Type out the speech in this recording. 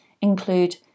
include